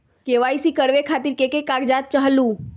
KYC करवे खातीर के के कागजात चाहलु?